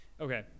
Okay